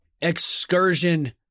excursion